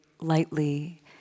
lightly